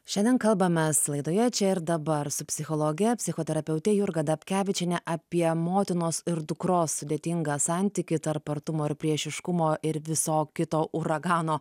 šiandien kalbamės laidoje čia ir dabar su psichologe psichoterapeute jurga dapkevičiene apie motinos ir dukros sudėtingą santykį tarp artumo ir priešiškumo ir viso kito uragano